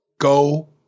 Go